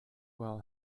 well